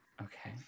okay